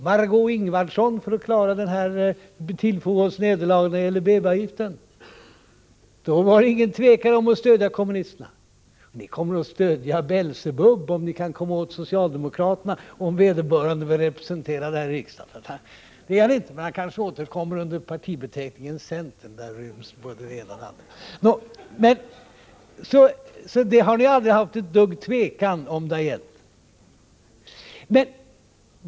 Han jagade Marg6ö Ingvardsson för att klara av att tillfoga oss ett nederlag när det gällde BB-avgiften. Då var det ingen tvekan när det gällde att stödja kommunisterna. Ni kommer att stödja Belsebub om ni kan komma åt socialdemokraterna — om vederbörande blir representerad här i kammaren. Det är han inte, men han kanske kommer in under partibeteckningen centern. Där ryms både det ena och det andra. Ni har alltså aldrig hyst den minsta tvekan att stödja någon om det gällt att komma åt oss!